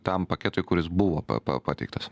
tam paketui kuris buvo pa pa pateiktas